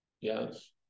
Yes